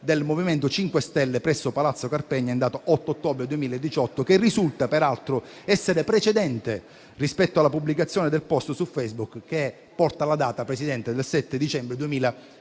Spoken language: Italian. del MoVimento 5 Stelle presso Palazzo Carpegna in data 8 ottobre 2018, che risulta peraltro essere precedente rispetto alla pubblicazione del *post* su Facebook che porta la data del 7 dicembre 2018.